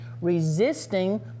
Resisting